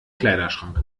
kleiderschrank